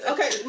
Okay